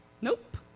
Nope